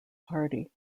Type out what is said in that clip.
party